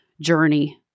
journey